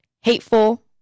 hateful